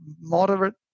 moderate